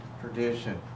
tradition